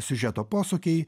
siužeto posūkiai